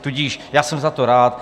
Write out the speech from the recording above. Tudíž já jsem za to rád.